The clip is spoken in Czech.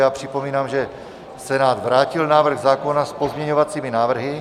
Já připomínám, že Senát vrátil návrh zákona s pozměňovacími návrhy.